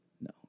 No